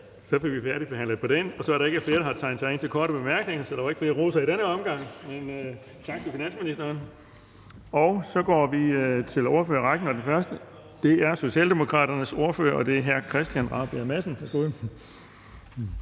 fg. formand (Erling Bonnesen): Så er der ikke flere, der har tegnet sig ind for korte bemærkninger – så der er ikke flere roser i denne omgang. Men tak til finansministeren. Så går vi til ordførerrækken, og den første er Socialdemokratiets ordfører, hr. Christian Rabjerg Madsen.